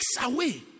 away